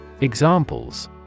Examples